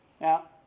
Now